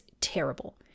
terrible